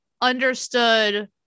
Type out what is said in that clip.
understood